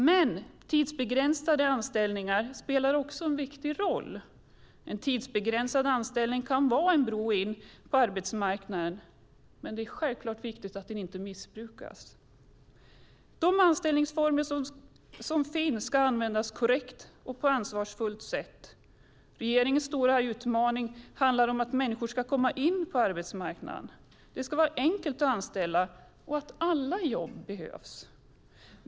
Men tidsbegränsade anställningar spelar också en viktig roll. En tidsbegränsad anställning kan vara en bro in på arbetsmarknaden. Det är dock självklart viktigt att det inte missbrukas. De anställningsformer som finns ska användas på ett korrekt och ansvarsfullt sätt. Regeringens stora utmaning handlar om att människor ska komma in på arbetsmarknaden. Det ska vara enkelt att anställa, och alla jobb behövs.